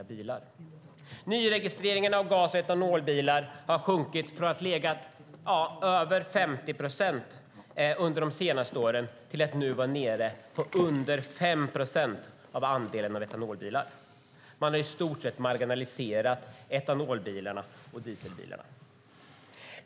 Andelen nyregistrerade gas och etanolbilar har, från att legat på över 50 procent under de senaste åren, minskat till mindre än 5 procent av miljöbilarna. Man har i stort sett marginaliserat etanolbilarna och gasbilarna.